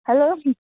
hello